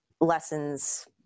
lessons